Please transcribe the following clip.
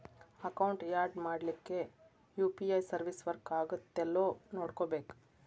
account add ಮಾಡ್ಲಿಕ್ಕೆ UPI service work ಆಗತ್ತೇಲ್ಲೋ ನೋಡ್ಕೋಬೇಕ್